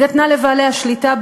היא נתנה לבעלי השליטה,